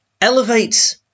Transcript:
elevates